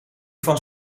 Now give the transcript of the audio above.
van